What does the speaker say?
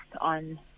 on